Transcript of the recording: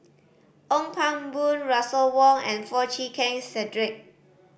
Ong Pang Boon Russel Wong and Foo Chee Keng Cedric